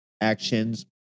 actions